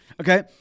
Okay